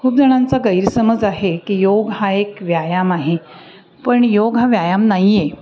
खूप जणांचा गैरसमज आहे की योग हा एक व्यायाम आहे पण योग हा व्यायाम नाही आहे